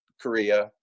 Korea